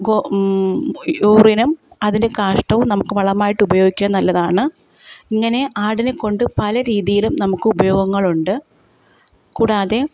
go യൂറിനും അതിൻ്റെ കാഷ്ടവും നമുക്ക് വളമായിട്ട് ഉപയോഗിക്കുക നല്ലതാണ് ഇങ്ങനെ ആടിനെ കൊണ്ടു പല രീതിയിലും നമുക്ക് ഉപയോഗങ്ങളുണ്ട് കൂടാതെ